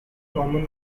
common